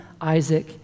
Isaac